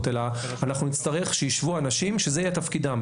אלא אנחנו נצטרך שישבו אנשים שזה יהיה תפקידם,